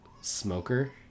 Smoker